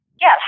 Yes